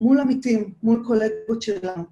‫מול עמיתים, מול קולגות שלנו.